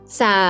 sa